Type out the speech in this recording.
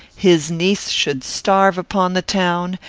his niece should starve upon the town,